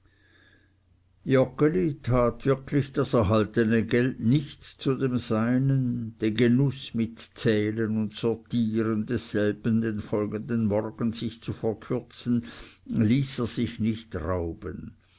tat wirklich das erhaltene geld nicht zu dem seinen den genuß mit zählen und sortieren desselben den folgenden morgen sich zu verkürzen ließ er sich nicht rauben